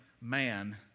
man